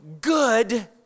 good